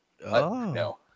No